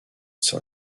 sur